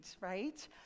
right